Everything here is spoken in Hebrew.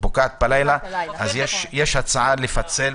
אז יש הצעה לפצל.